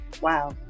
wow